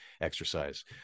exercise